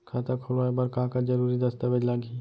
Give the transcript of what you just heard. खाता खोलवाय बर का का जरूरी दस्तावेज लागही?